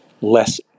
less